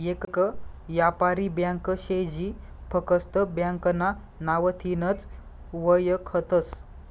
येक यापारी ब्यांक शे जी फकस्त ब्यांकना नावथीनच वयखतस